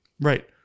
Right